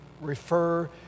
refer